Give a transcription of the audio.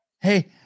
hey